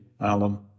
Alan